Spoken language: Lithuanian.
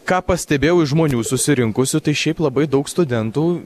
ką pastebėjau iš žmonių susirinkusių tai šiaip labai daug studentų